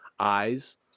Eyes